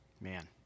man